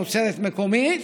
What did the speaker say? תוצרת מקומית,